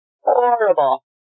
horrible